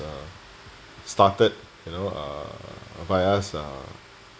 uh started you know uh by us uh